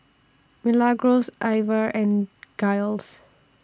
Milagros Iver and Giles